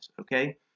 okay